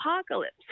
apocalypse